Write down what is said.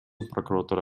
прокуратура